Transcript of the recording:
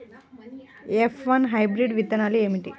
F one hybrid విత్తనాలు ఏమిటి?